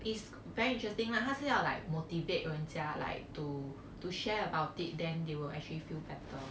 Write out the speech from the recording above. is very interesting lah 她是要 like motivate 人家 like to to share about it then they will actually feel better